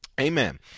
Amen